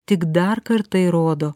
tik dar kartą įrodo